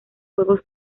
juegos